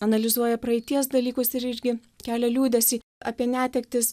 analizuoja praeities dalykus ir irgi kelia liūdesį apie netektis